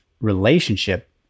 relationship